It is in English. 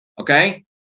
okay